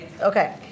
okay